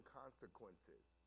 consequences